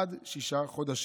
עד שישה חודשים,